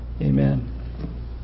Amen